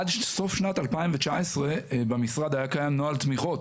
עד סוף שנת 2019 במשרד היה קיים נוהל תמיכות,